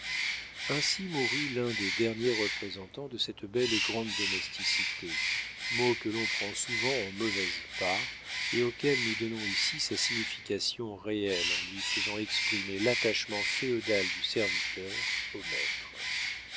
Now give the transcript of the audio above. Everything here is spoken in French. ainsi mourut l'un des derniers représentants de cette belle et grande domesticité mot que l'on prend souvent en mauvaise part et auquel nous donnons ici sa signification réelle en lui faisant exprimer l'attachement féodal du serviteur au maître